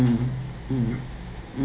mmhmm mm